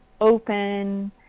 open